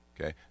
Okay